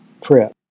trip